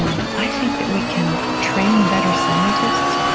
um i think that we can train better scientists,